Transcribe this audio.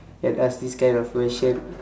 and ask this kind of question